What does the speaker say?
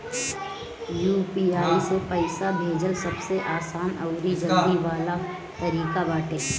UPI से पईसा भेजल सबसे आसान अउरी जल्दी वाला तरीका बाटे